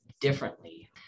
differently